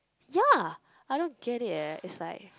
ya I don't get it eh it's like